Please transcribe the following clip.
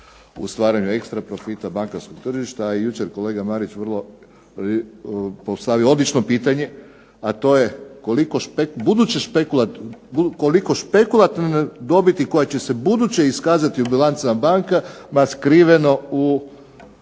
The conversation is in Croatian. u stvaranju ekstra profita bankarskog tržišta. A i jučer je kolega Marić postavio odlično pitanje, a to je koliko špekulativne dobiti koja će se buduće iskazati u bilancama banaka je skriveno u